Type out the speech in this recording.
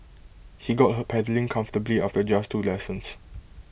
he got her pedalling comfortably after just two lessons